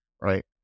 right